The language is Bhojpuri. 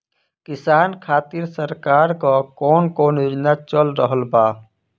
किसान खातिर सरकार क कवन कवन योजना चल रहल बा?